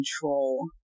control